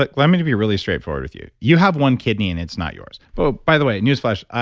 like let me be really straightforward with you. you have one kidney and it's not yours oh, by the way, newsflash,